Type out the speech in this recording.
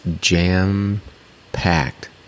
jam-packed